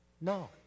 No